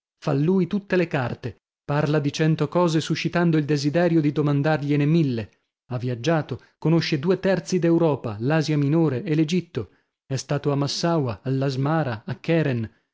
fa lui tutte le carte parla di cento cose suscitando il desiderio di domandargliene mille ha viaggiato conosce due terzi d'europa l'asia minore e l'egitto è stato a massaua all'asmara a keren